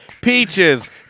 peaches